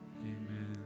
Amen